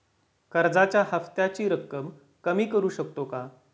कर्जाच्या हफ्त्याची रक्कम कमी करू शकतो का?